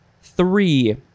Three